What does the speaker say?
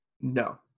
No